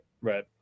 Right